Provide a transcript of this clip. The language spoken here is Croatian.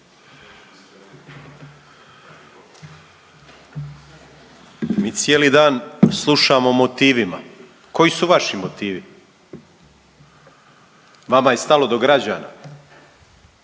Mi cijeli dan slušamo o motivima. Koji su vaši motivi? Vama je stalo do građana?